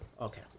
okay